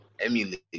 emulate